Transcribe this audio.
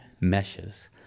meshes